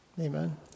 Amen